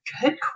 good